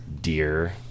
Dear